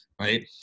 right